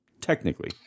Technically